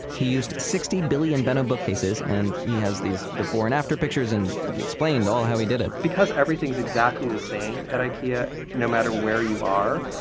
he used sixty billy and benno bookcases, and he has these before and after pictures, and explained all how he did it because everything's exactly the same at ikea no matter where you are,